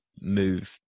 move